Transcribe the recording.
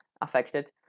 affected